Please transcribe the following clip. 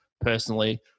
personally